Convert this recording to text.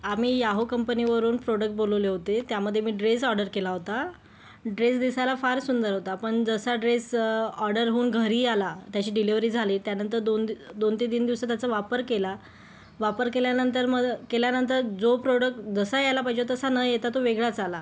आम्ही याहू कंपनीवरून प्रोडक्ट बोलवले होते त्यामध्ये मी ड्रेस ऑर्डर केला होता ड्रेस दिसायला फार सुंदर होता पण जसा ड्रेस ऑर्डर होऊन घरी आला त्याची डिलिवरी झाली त्यानंतर दोन दोन ते तीन दिवस त्याचा वापर केला वापर केल्यानंतर मग केल्यानंतर जो प्रॉडक्ट जसा यायला पाहिजे तसा न येता तो वेगळाच आला